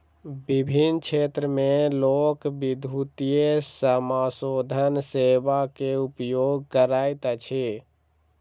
विभिन्न क्षेत्र में लोक, विद्युतीय समाशोधन सेवा के उपयोग करैत अछि